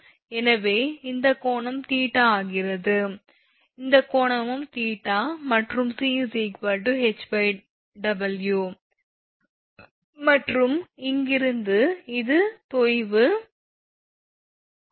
எனவே இந்த கோணம் தீட்டா ஆகிறது இந்த கோணமும் தீட்டா மற்றும் 𝑐 𝐻𝑊 மற்றும் இங்கிருந்து இது தொய்வு 𝑦